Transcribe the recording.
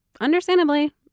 understandably